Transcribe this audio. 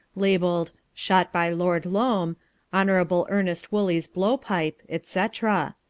labelled shot by lord loam hon. ernest woolley's blowpipe' etc.